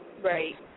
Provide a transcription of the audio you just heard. Right